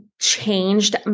changed